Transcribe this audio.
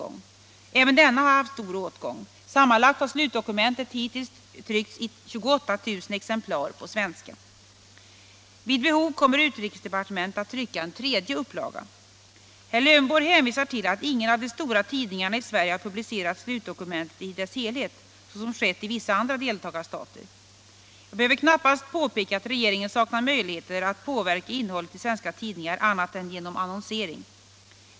Även denna har haft stor åtgång. Sammanlagt har slutdokumentet hittills tryckts i 28 000 exemplar på svenska. Vid behov kommer utrikesdepartementet att trycka en tredje upplaga. Herr Lövenborg hänvisar till att ingen av de stora tidningarna i Sverige har publicerat slutdokumentet i dess helhet, såsom skett i vissa andra deltagarstater. Jag behöver knappast påpeka att regeringen saknar möjligheter att påverka innehållet i svenska tidningar annat än genom annonsering.